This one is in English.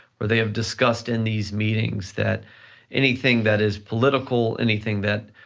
or they have discussed in these meetings that anything that is political, anything that